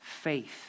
faith